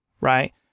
right